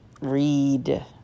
read